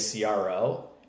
CRO